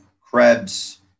Krebs